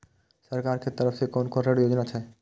सरकार के तरफ से कोन कोन ऋण योजना छै?